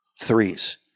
threes